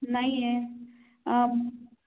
नाही आहे